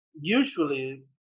usually